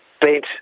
bent